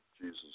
Jesus